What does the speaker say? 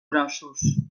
grossos